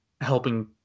helping